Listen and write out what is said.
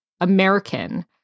American